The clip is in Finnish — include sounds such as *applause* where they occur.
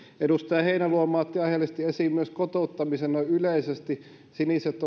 edustaja heinäluoma otti aiheellisesti esiin myös kotouttamisen noin yleisesti siniset *unintelligible*